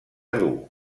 dur